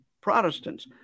Protestants